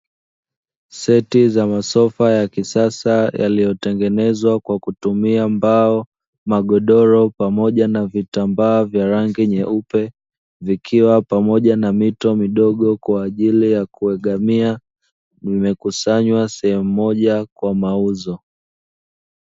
Seti za masofa ya kisasa, yaliyotengenezwa kwa kutumia mbao, magodoro pamoja na vitambaa vya rangi nyeupe, vikiwa pamoja na mito midogo kwa ajili ya kuegamia, vimekusanywa sehemu moja kwa mauzo.